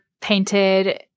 painted